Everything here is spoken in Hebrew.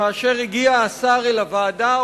כאשר הגיע השר אל הוועדה,